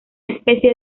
especie